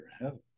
heaven